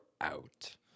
out